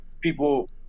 people